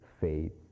faith